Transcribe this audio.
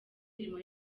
imirimo